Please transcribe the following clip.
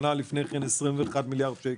שנה לפני כן 21 מיליארד שקלים.